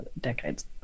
decades